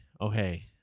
Okay